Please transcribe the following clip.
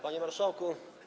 Panie Marszałku!